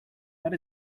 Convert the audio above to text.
that